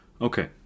Okay